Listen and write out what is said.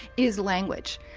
is language,